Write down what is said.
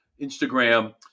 Instagram